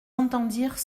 entendirent